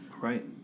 right